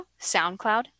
SoundCloud